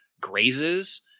Grazes